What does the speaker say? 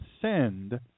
send